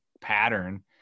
pattern